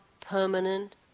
permanent